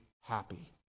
happy